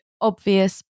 obvious